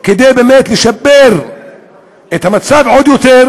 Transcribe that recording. כדי לשפר את המצב עוד יותר,